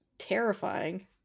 terrifying